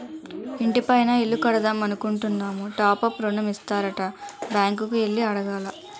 ఇంటి పైన ఇల్లు కడదామనుకుంటున్నాము టాప్ అప్ ఋణం ఇత్తారట బ్యాంకు కి ఎల్లి అడగాల